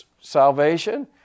salvation